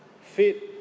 fit